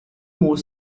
more